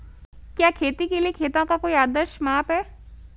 क्या खेती के लिए खेतों का कोई आदर्श माप है?